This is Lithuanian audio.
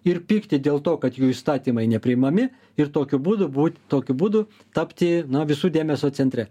ir pykti dėl to kad jų įstatymai nepriimami ir tokiu būdu būt tokiu būdu tapti na visų dėmesio centre